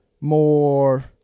more